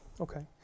Okay